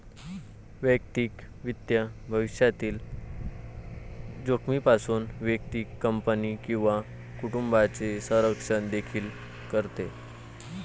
वैयक्तिक वित्त भविष्यातील जोखमीपासून व्यक्ती, कंपनी किंवा कुटुंबाचे संरक्षण देखील करते